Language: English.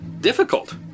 difficult